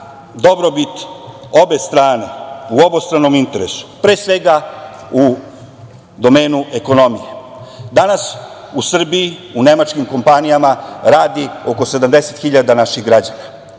dobrobit obe strane, u obostranom interesu, pre svega u domenu ekonomije. Danas u Srbiji u nemačkim kompanijama radi oko 70 hiljada naših građana,